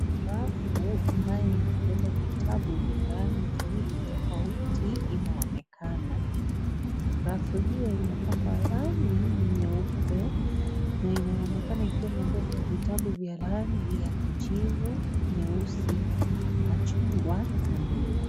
Rafu ambayo imebeba vitabu vya rangi tofauti inaonekana. Rafu hiyo imepakwa rangi nyeupe na inaonekana ikiwa imebeba vitabu vya rangi ya kijivu, nyeusi, machungwa na bluu.